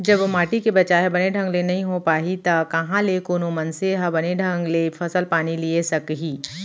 जब माटी के बचाय ह बने ढंग ले नइ होय पाही त कहॉं ले कोनो मनसे ह बने ढंग ले फसल पानी लिये सकही